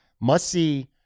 must-see